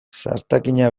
zartagina